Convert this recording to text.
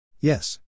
Yes